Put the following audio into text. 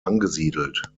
angesiedelt